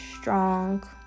strong